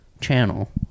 Channel